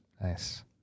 Nice